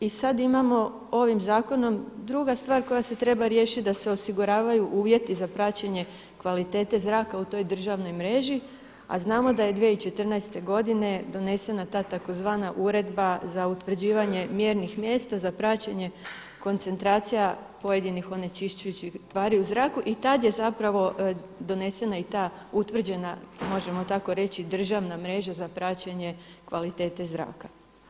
I sada imamo ovim zakonom, druga stvar koja se treba riješiti da se osiguravaju uvjeti za praćenje kvalitete zraka u toj državnoj mreži a znamo da je 2014. godine donesena ta tzv. Uredba za utvrđivanje mjernih mjesta, za praćenje koncentracija pojedinih onečišćujućih tvari u zraku i tada je zapravo donesena i ta utvrđena, možemo tako reći, državna mreža za praćenje kvalitete zraka.